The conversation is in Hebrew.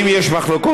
אם יש מחלוקות,